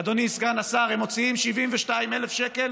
אדוני סגן השר, הם מוציאים 72,000 שקל